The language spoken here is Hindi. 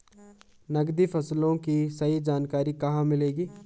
नकदी फसलों की सही जानकारी कहाँ मिलेगी?